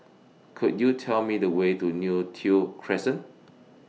Could YOU Tell Me The Way to Neo Tiew Crescent